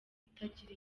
itagira